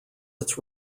its